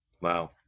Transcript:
Wow